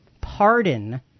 pardon